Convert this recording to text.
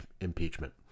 impeachment